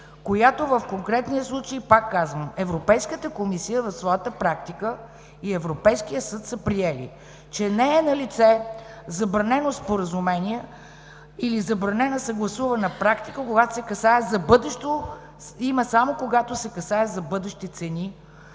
която в конкретния случай, пак казвам, Европейската комисия и Европейският съд в своята практика, са приели, че не е налице забранено споразумение или забранена съгласувана практика, когато се касае за бъдеще – има само, когато се касае за бъдещи цени,